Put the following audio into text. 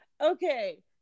Okay